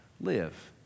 live